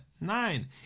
Nein